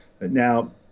Now